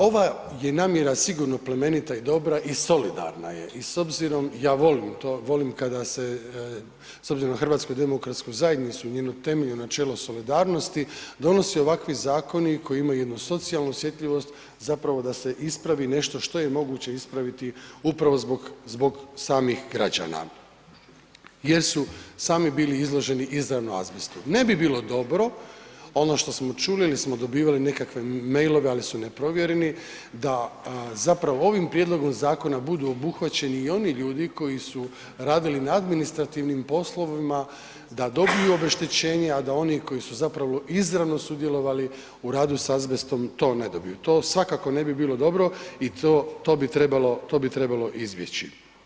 Ova je namjera sigurno plemenita i dobra i solidarna je i s obzirom, ja volim to, volim kada se s obzirom na HDZ i njeno temeljno načelo solidarnosti donose ovakvi zakoni koji imaju jednu socijalnu osjetljivost zapravo da se ispravi nešto što je moguće ispraviti upravo zbog samih građana jer su sami bili izloženi izravno azbestu, ne bi bilo dobro ono što smo čuli ili smo dobivali nekakve mailove, ali su neprovjereni da zapravo ovim prijedlogom zakonom budu obuhvaćeni i oni ljudi koji su radili na administrativnim poslovima da dobiju obeštećenje, a da oni koji su zapravo izravno sudjelovali u radu sa azbestom to ne dobiju, to svakako ne bi bilo dobro i to bi trebalo izbjeći.